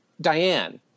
Diane